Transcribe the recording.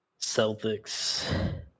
Celtics